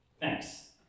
Thanks